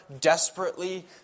desperately